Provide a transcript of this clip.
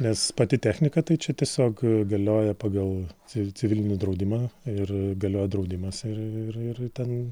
nes pati technika tai čia tiesiog galioja pagal civi civilinį draudimą ir galioja draudimas ir ir ten